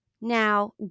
now